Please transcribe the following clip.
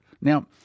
Now